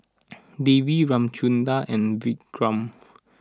Devi Ramchundra and Vikram